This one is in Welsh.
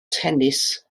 tennis